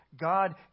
God